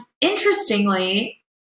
interestingly